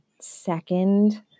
second